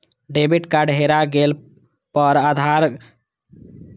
debit card हेरा गेला पर कार्डधारक स्वयं कार्ड कें प्रतिबंधित करबा दै छै